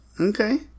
Okay